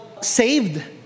Saved